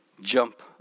jump